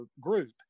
group